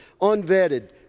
unvetted